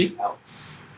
else